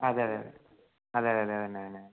അതെ അതെ അതെ അതെ അതെ അതെ അത് തന്നെ അത് തന്നെ